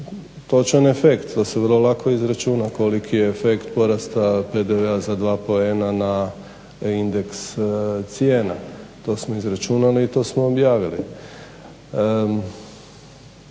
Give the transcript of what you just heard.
točan efekt da se vrlo lako izračuna koliki je efekt porasta PDV-a za dva poena na indeks cijena. To smo izračunali i to smo objavili.